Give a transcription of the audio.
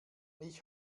ich